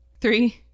Three